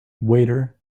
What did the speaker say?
waiter